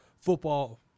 football